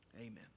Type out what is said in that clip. Amen